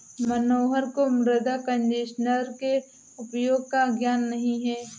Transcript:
मनोहर को मृदा कंडीशनर के उपयोग का ज्ञान नहीं है